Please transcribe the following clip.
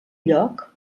lloc